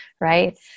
right